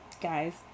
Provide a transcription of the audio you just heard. guys